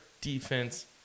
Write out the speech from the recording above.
defense